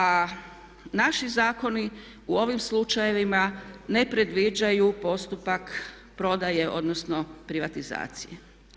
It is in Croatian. A naši zakoni u ovim slučajevima ne predviđaju postupak prodaje odnosno privatizacije.